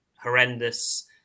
horrendous